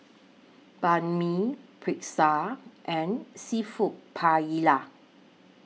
Banh MI Pretzel and Seafood Paella